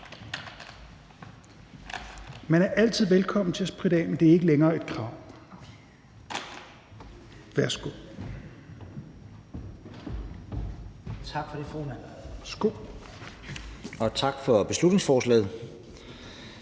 Man er altid velkommen til at spritte af, men det er ikke længere et krav. Værsgo.